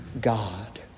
God